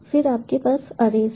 फिर आपके पास अरेज हैं